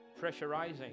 pressurizing